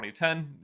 2010